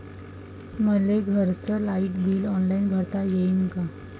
मले घरचं light bill online भरता येईन का?